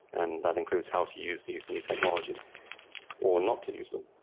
and that includes how to use these new technologies or not to use them.